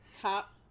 top